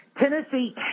Tennessee